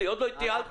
עוד לא התייעלתם?